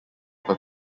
were